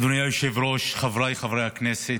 אדוני היושב-ראש, חבריי חברי הכנסת,